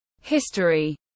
history